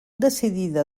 decidida